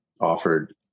offered